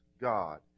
God